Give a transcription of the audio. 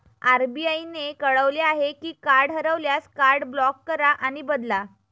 RBI ने कळवले आहे की कार्ड हरवल्यास, कार्ड ब्लॉक करा आणि बदला